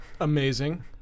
Amazing